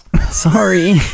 Sorry